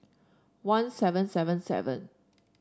one seven seven seven